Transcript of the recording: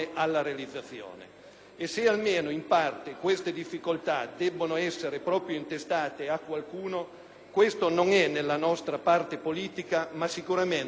Se almeno in parte queste difficolta debbono essere proprio intestate a qualcuno, questo non enella nostra parte politica, ma sicuramente in quella sinistra